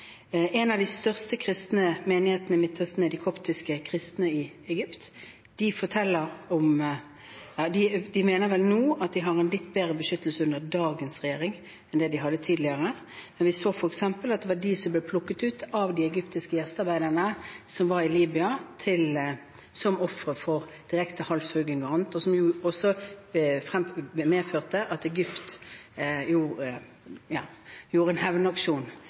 En av de største kristne menighetene i Midtøsten er de koptiske kristne i Egypt. De mener vel nå at de har en litt bedre beskyttelse under dagens regjering enn det de hadde tidligere, men vi så f.eks. at av de egyptiske gjestearbeiderne som var i Libya, var det de som ble plukket ut som offer for direkte halshugging o.a., noe som medførte at Egypt utførte en hevnaksjon rettet mot de samme libyske gruppene. Det å jobbe for at